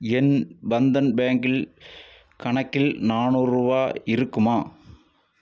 என் பந்தன் பேங்க்கில் கணக்கில் நானூறுபா இருக்குமா